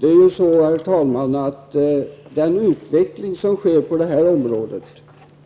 Herr talman! Utvecklingen hos oss på detta område